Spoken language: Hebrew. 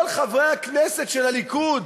כל חברי הכנסת של הליכוד,